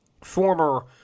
former